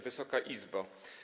Wysoka Izbo!